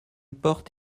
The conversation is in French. porte